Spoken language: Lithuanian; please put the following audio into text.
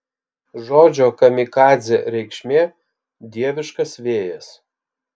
žodžio kamikadzė reikšmė dieviškas vėjas